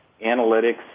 analytics